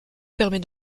permet